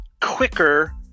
quicker